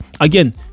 Again